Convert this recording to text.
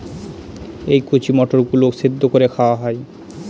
এই কচি মটর গুলো সেদ্ধ করে খাওয়া হয়